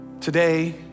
Today